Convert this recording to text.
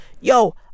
yo